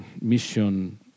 mission